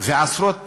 ועשרות פצועים.